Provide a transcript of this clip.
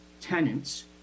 tenants